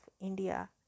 India